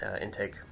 intake